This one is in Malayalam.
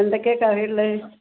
എന്തൊക്കെയാണ് കറി ഉള്ളത്